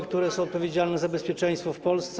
które są odpowiedzialne za bezpieczeństwo w Polsce.